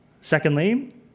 Secondly